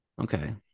Okay